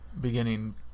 beginning